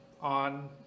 on